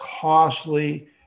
costly